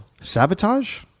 Sabotage